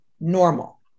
normal